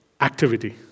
activity